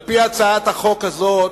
על-פי הצעת החוק הזאת,